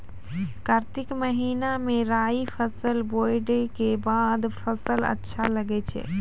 कार्तिक महीना मे राई फसल बोलऽ के बाद फसल अच्छा लगे छै